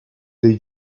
dei